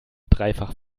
dreifach